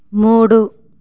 మూడు